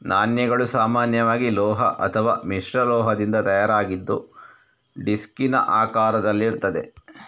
ನಾಣ್ಯಗಳು ಸಾಮಾನ್ಯವಾಗಿ ಲೋಹ ಅಥವಾ ಮಿಶ್ರಲೋಹದಿಂದ ತಯಾರಾಗಿದ್ದು ಡಿಸ್ಕಿನ ಆಕಾರದಲ್ಲಿರ್ತದೆ